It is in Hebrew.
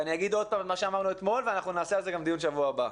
אני אומר שוב את מה שאמרנו אתמול ואנחנו נעשה על זה דיון בשבוע הבא.